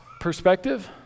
perspective